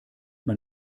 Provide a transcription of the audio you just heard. man